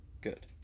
good